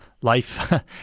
life